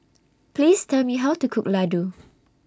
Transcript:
Please Tell Me How to Cook Ladoo